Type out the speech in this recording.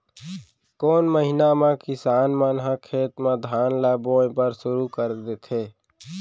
कोन महीना मा किसान मन ह खेत म धान ला बोये बर शुरू कर देथे?